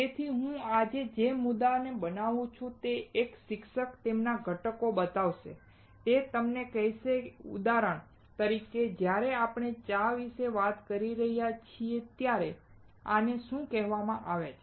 તેથી હું આજે જે મુદ્દાને બનાવું છું તે એક શિક્ષક તમને ઘટકો બતાવશે તે તમને કહેશે ઉદાહરણ તરીકે જ્યારે આપણે ચા વિશે વાત કરી રહ્યા છીએ ત્યારે આને શું કહેવામાં આવે છે